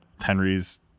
henry's